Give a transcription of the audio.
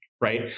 right